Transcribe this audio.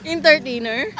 Entertainer